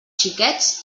xiquets